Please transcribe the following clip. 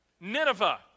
Nineveh